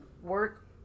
work